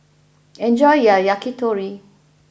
enjoy your Yakitori